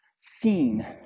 seen